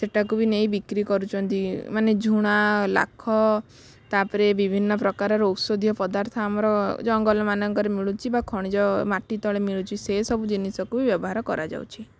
ସେଟାକୁ ବି ନେଇ ବିକ୍ରୀ କରୁଛନ୍ତି ମାନେ ଝୁଣା ଲାଖ ତା'ପରେ ବିଭିନ୍ନ ପ୍ରକାରର ଔଷଧୀୟ ପଦାର୍ଥ ଆମର ଜଙ୍ଗଲମାନଙ୍କରେ ମିଳୁଛି ବା ଖଣିଜ ମାଟି ତଳେ ମିଳୁଛି ସେସବୁ ଜିନିଷକୁ ବ୍ୟବହାର କରାଯାଉଛି